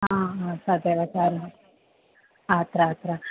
हा हा तदेव कारणम् अत्र अत्र